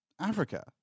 africa